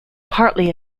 partly